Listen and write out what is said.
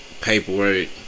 paperwork